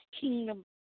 kingdom